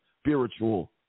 spiritual